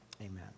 amen